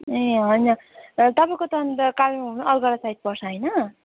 ए होइन र तपाईँको त अन्त कालिम्पोङ अलगढा साइड पर्छ होइन